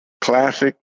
classic